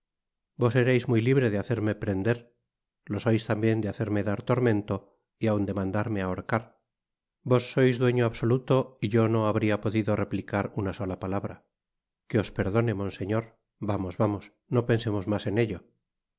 vos erais muy libre de hacerme prender lo sois tambien de hacerm dar tormento y aun de mandarme ahorcar vos sois dueño absoluto y yo no habria podido replicar una sola palabra que os perdone monseñor vamos vamos no pensemos mas en ello